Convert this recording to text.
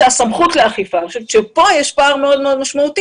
זאת הסמכות לאכיפה ואני חושבת שכאן יש פער מאוד מאוד משמעותי